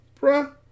Bruh